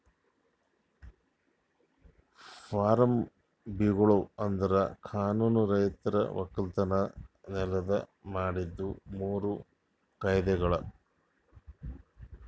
form ಬಿಲ್ಗೊಳು ಅಂದುರ್ ಕಾನೂನು ರೈತರ ಒಕ್ಕಲತನ ಸಲೆಂದ್ ಮಾಡಿದ್ದು ಮೂರು ಕಾಯ್ದೆಗೊಳ್